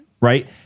Right